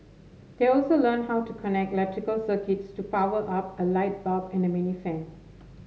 they also learnt how to connect electrical circuits to power up a light bulb and a mini fan